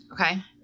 Okay